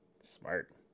Smart